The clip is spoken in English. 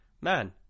man